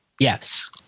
Yes